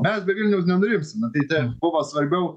mes be vilniaus nenurimsim nu tai ten buvo svarbiau